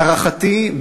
להערכתי,